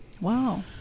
Wow